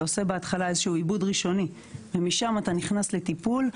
אתה עושה בהתחלה איזה שהוא עיבוד ראשוני ומשם אתה נכנס לטיפול.